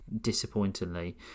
disappointingly